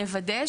נוודא,